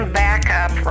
backup